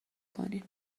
کنی